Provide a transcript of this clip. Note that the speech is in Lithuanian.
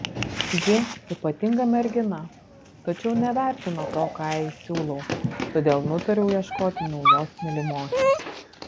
ji ypatinga mergina tačiau nevertina to ką jai siūlau todėl nutariau ieškoti naujos mylimosios